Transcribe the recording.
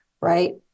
right